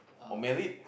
or married